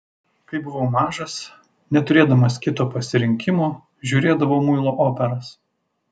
kai buvau mažas neturėdamas kito pasirinkimo žiūrėdavau muilo operas